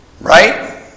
right